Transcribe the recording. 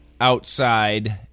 outside